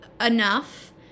enough